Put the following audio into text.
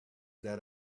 that